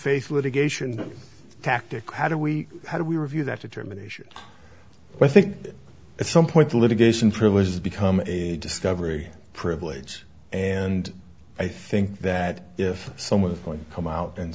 faith litigation tactic how do we how do we review that determination i think at some point the litigation privileges become a discovery privilege and i think that if someone is going come out and